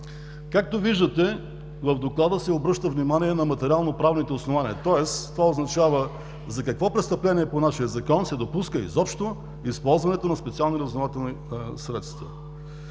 Както виждате, в Доклада се обръща внимание на материално правните основания, това означава за какво престъпление по нашия Закон се допуска изобщо използването на специални разузнавателни средства.